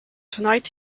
tonight